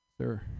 sir